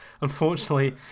unfortunately